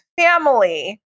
family